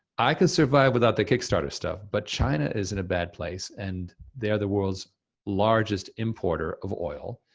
i can survive without the kickstarter stuff, but china is in a bad place and they are the world's largest importer of oil.